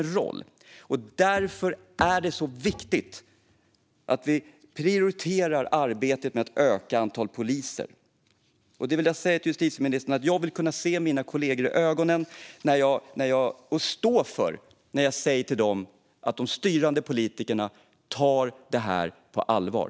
Därför är det viktigt att vi prioriterar arbetet med att öka antalet poliser. Jag vill säga till justitieministern att jag vill kunna se mina kollegor i ögonen och stå för mina ord när jag säger till dem att de styrande politikerna tar det här på allvar.